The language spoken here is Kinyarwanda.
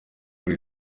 kure